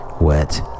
wet